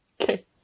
Okay